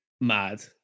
mad